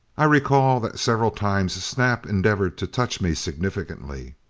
i recall that several times snap endeavored to touch me significantly.